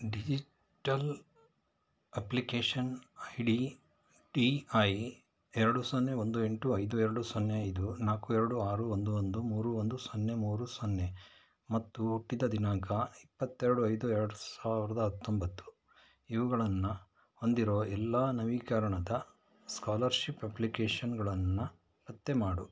digital application ID D I ಎರಡು ಸೊನ್ನೆ ಒಂದು ಎಂಟು ಐದು ಎರಡು ಸೊನ್ನೆ ಐದು ನಾಲ್ಕು ಎರಡು ಆರು ಒಂದು ಒಂದು ಮೂರು ಒಂದು ಸೊನ್ನೆ ಮೂರು ಸೊನ್ನೆ ಮತ್ತು ಹುಟ್ಟಿದ ದಿನಾಂಕ ಇಪ್ಪತ್ತೆರಡು ಐದು ಎರಡು ಸಾವಿರದ ಹತ್ತೊಂಬತ್ತು ಇವುಗಳನ್ನು ಹೊಂದಿರುವ ಎಲ್ಲ ನವೀಕರಣದ ಸ್ಕಾಲರ್ಶಿಪ್ ಅಪ್ಲಿಕೇಶನ್ಗಳನ್ನು ಪತ್ತೆ ಮಾಡು